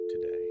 today